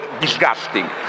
disgusting